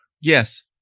Yes